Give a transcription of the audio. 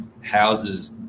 houses